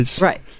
Right